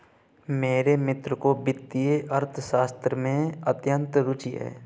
मेरे मित्र को वित्तीय अर्थशास्त्र में अत्यंत रूचि है